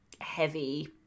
heavy